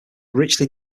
richly